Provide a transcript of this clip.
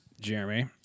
jeremy